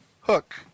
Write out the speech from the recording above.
Hook